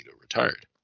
retired